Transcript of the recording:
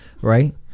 right